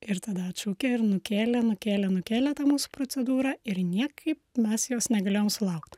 ir tada atšaukė ir nukėlė nukėlė nukėlė tą mūsų procedūrą ir niekaip mes jos negalėjom sulaukt